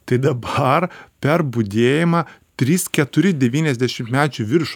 tai dabar ar per budėjimą trys keturi devyniasdešimtmečiai virš